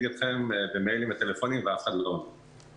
אתכם במיילים ובטלפונים ואף אחד לא עונה לה.